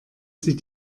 sie